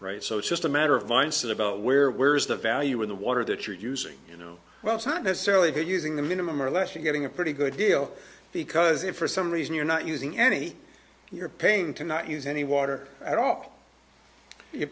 right so it's just a matter of mindset about where where is the value in the water that you're using you know well it's not necessarily good using the minimum or less you're getting a pretty good deal because if for some reason you're not using any you're paying to not use any water at all you're